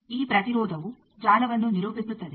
ಈ ಪ್ರತಿರೋಧವು ಜಾಲವನ್ನು ನಿರೂಪಿಸುತ್ತದೆ